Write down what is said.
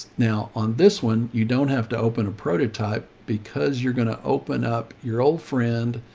now on this one, you don't have to open a prototype because you're going to open up your old friend,